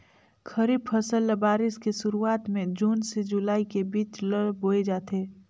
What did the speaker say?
खरीफ फसल ल बारिश के शुरुआत में जून से जुलाई के बीच ल बोए जाथे